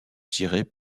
tirées